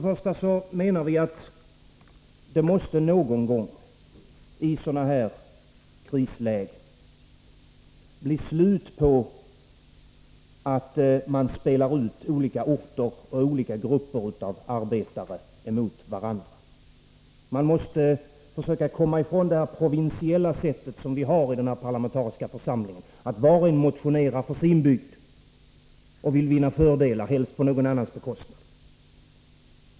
Först och främst menar vi att det någon gång måste bli slut på att i sådana här krislägen spela ut olika orter och olika grupper av arbetare mot varandra. Man måste försöka komma ifrån det provinsiella synsätt som finns i denna parlamentariska församling och som tar sig uttryck i att var och en motionerar för sin bygd och vill vinna fördelar för den, helst på någon annans bekostnad.